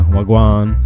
Wagwan